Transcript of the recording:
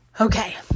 Okay